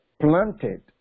planted